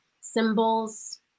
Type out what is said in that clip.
symbols